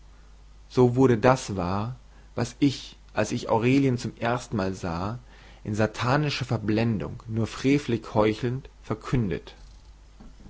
so wurde das wahr was ich als ich aurelien zum erstenmal sah in satanischer verblendung nur frevelig heuchelnd verkündet